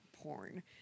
porn